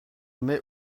mets